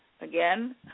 Again